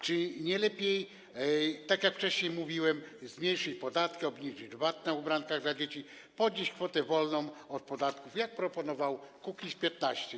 Czy nie lepiej, tak jak wcześniej mówiłem, zmniejszyć podatki, obniżyć VAT na ubranka dla dzieci, podnieść kwotę wolną od podatku, jak proponował Kukiz’15?